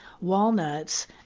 walnuts